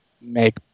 make